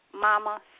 mama